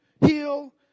heal